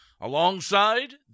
alongside